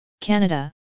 Canada